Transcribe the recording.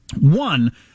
One